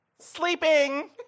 Sleeping